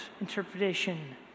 interpretation